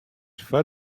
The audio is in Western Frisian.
foar